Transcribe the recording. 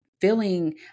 feeling